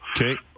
Okay